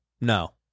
No